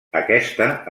aquesta